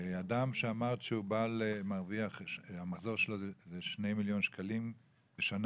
אדם שאמרת שהמחזור שלו הוא 2 מיליון שקלים בשנה.